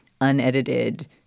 unedited